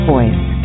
Voice